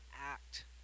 act